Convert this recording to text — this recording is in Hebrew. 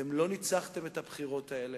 אתם לא ניצחתם בבחירות האלה,